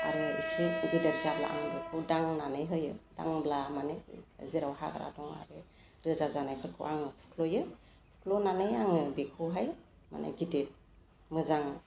आरो इसे गेदेर जाब्ला आं बेखौ दांनानै होयो दांब्ला माने जेराव हाग्रा दं आरो रोजा जानायफोरखौ आं फुख्ल'यो फुख्ल'नानै आङो बेखौहाय माने गिदिर मोजां